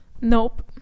nope